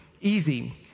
easy